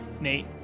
Nate